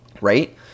right